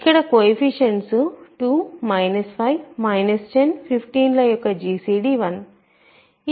ఇక్కడ కొయెఫిషియంట్స్ 2 5 10 15 ల యొక్క జిసిడి 1